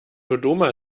dodoma